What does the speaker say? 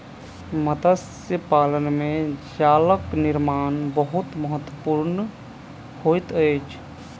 मत्स्य पालन में जालक निर्माण बहुत महत्वपूर्ण होइत अछि